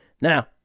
Now